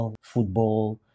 football